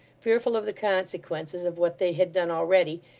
fearful of the consequences of what they had done already,